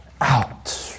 out